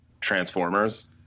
Transformers